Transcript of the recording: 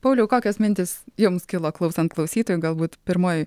pauliau kokios mintys jums kilo klausant klausytojų galbūt pirmoji